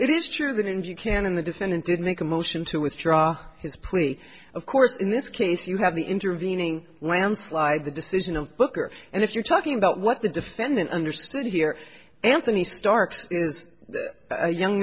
it is true that if you can in the defendant did make a motion to withdraw his plea of course in this case you have the intervening landslide the decision of booker and if you're talking about what the defendant understood here anthony starks is a young